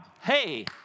Hey